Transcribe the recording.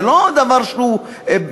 זה לא דבר שהוא מנותק.